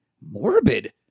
morbid